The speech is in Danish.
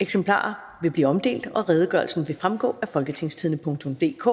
Eksemplarer vil blive omdelt, og redegørelsen vil fremgå af www.folketingstidende.dk.